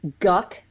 guck